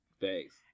Thanks